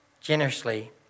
generously